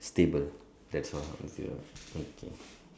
stable that's all I think of okay